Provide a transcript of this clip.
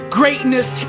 greatness